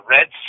Red